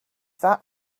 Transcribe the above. that